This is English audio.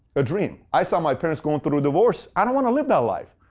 a dream. i saw my parents going through a divorce. i don't want to live that life.